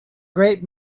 great